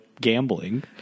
gambling